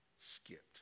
skipped